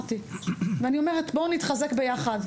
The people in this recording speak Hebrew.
בואו נתחזק ביחד,